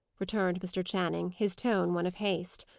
returned mr. channing, his tone one of haste.